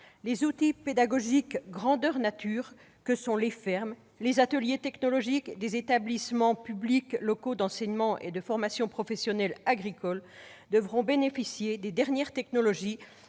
Les outils pédagogiques grandeur nature que sont les fermes et les ateliers technologiques des établissements publics locaux d'enseignement et de formation professionnelle agricoles devront bénéficier des dernières technologies